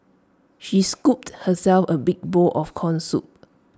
she scooped herself A big bowl of Corn Soup